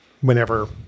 whenever